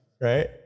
Right